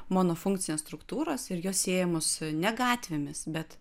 monofunkcinės struktūros ir jos siejamos ne gatvėmis bet